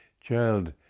child